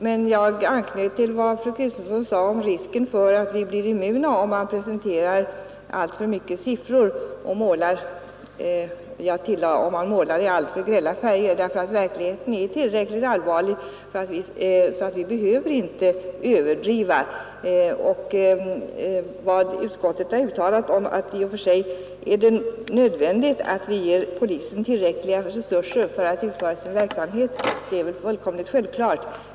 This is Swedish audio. Men jag anknöt till vad fru Kristensson sade om risken för att vi blir immuna, om man presenterar alltför många siffror — och, tillade jag, om man målar i alltför grälla färger. Verkligheten är tillräckligt allvarlig, så vi behöver inte överdriva. Vad utskottet har uttalat sig om, nämligen att det i och för sig är nödvändigt att ge polisen tillräckliga resurser för att den skall kunna utföra sin verksamhet, är väl fullkomligt självklart.